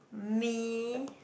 me